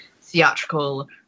theatrical